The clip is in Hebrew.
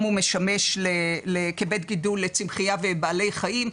הוא משמש כבית גידול לצמחייה ובעלי חיים,